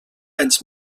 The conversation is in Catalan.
anys